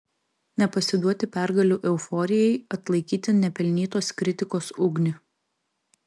nepasiduoti pergalių euforijai atlaikyti nepelnytos kritikos ugnį